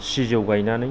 सिजौ गायनानै